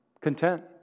content